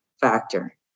factor